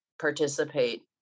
participate